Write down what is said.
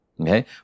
Okay